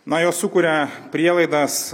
na jos sukuria prielaidas